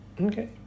Okay